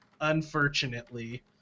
unfortunately